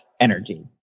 energy